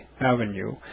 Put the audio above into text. Avenue